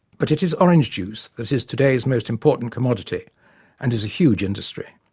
but it is orange-juice that is today's most important commodity and is a huge industry.